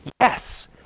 yes